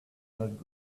not